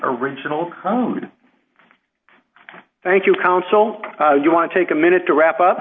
original code thank you counsel you want to take a minute to wrap up